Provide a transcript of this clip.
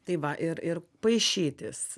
tai va ir ir paišytis